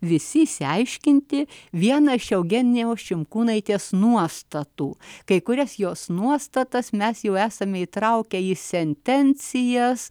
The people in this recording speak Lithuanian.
visi išsiaiškinti vieną iš eugenijos šimkūnaitės nuostatų kai kurias jos nuostatas mes jau esame įtraukę į sentencijas